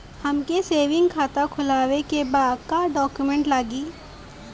हमके सेविंग खाता खोलवावे के बा का डॉक्यूमेंट लागी?